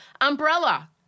Umbrella